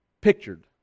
pictured